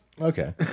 Okay